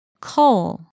Coal